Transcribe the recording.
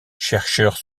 chercheurs